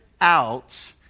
out